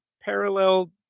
parallel